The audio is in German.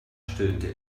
stöhnte